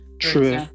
true